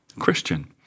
Christian